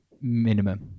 minimum